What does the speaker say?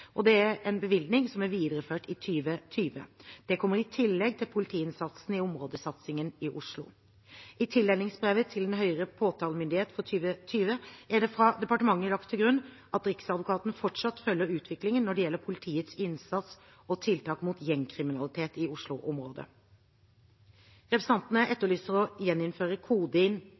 og gjengkriminalitet, og det er en bevilgning som er videreført i 2020. Det kommer i tillegg til politiinnsatsen i områdesatsingen i Oslo. I tildelingsbrevet til Den høyere påtalemyndighet for 2020 er det fra departementet lagt til grunn at Riksadvokaten fortsatt følger utviklingen når det gjelder politiets innsats og tiltak mot gjengkriminalitet i Oslo-området. Representantene etterlyser å gjeninnføre